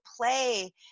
play